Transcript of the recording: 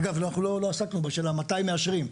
אגב, אנחנו לא עסקנו בשאלה מתי מאשרים.